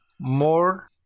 more